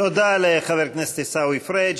תודה לחבר הכנסת עיסאווי פריג'.